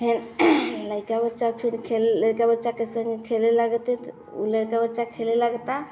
फिर लईका बच्चा फिर खेले लईका बच्चे के संघ खेले लगते त ऊ लईका बच्चा खेले लगता